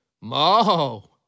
Mo